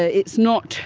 ah it's not